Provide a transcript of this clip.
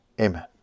amen